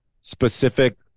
specific